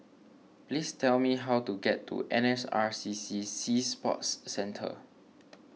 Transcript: please tell me how to get to N S R C C Sea Sports Centre